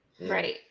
right